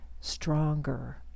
stronger